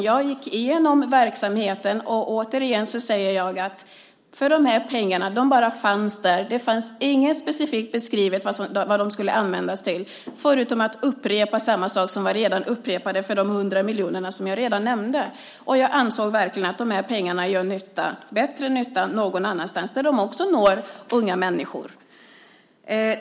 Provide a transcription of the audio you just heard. Jag gick igenom verksamheten och återigen säger jag att de här pengarna bara fanns där. Det fanns inget specifikt beskrivet vad de skulle användas till förutom att upprepa samma sak som man redan upprepade för de 100 miljonerna som jag redan nämnt. Jag ansåg verkligen att de här pengarna gör bättre nytta någon annanstans där de också når unga människor.